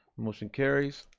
motion carries.